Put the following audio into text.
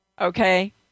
okay